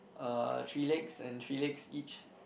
uh three legs and three legs each